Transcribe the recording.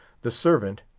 the servant,